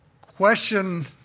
question